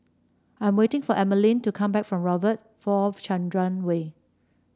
I am waiting for Emaline to come back from Robert V Chandran Way